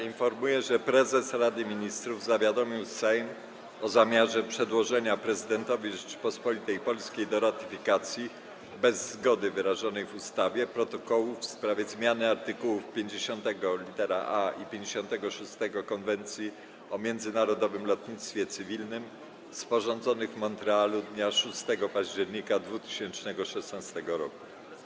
Informuję, że prezes Rady Ministrów zawiadomił Sejm o zamiarze przedłożenia prezydentowi Rzeczypospolitej Polskiej do ratyfikacji, bez zgody wyrażonej w ustawie, Protokołów w sprawie zmiany art. 50 lit. a) i 56 Konwencji o międzynarodowym lotnictwie cywilnym, sporządzonych w Montrealu dnia 6 października 2016 r.